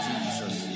Jesus